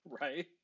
right